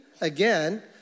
again